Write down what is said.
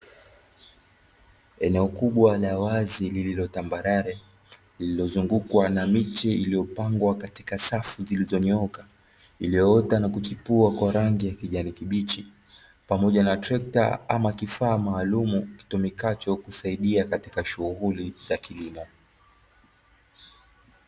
Eneo kubwa la wazi lililotambalale, lililozungukwa na miche iliyopangwa katika safu zilizo nyooka, iliyoota na kuchipua kwa rangi kijani kibichi, pamoja na trekta ama kifaa maalumu kitumikacho, kusaidia katika shughuli za kilimo.